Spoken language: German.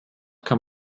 kann